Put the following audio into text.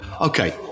Okay